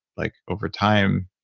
like over time,